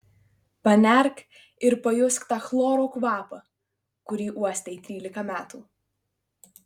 panerk ir pajusk tą chloro kvapą kurį uostei trylika metų